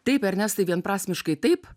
taip ernestai vienprasmiškai taip